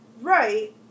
Right